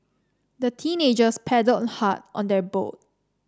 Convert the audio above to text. the teenagers paddled hard on their boat